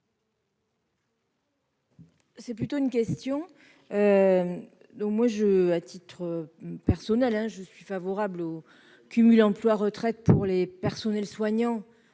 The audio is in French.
plutôt poser une question. À titre personnel, je suis favorable au cumul emploi-retraite pour les personnels soignants